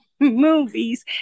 movies